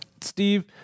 Steve –